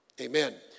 amen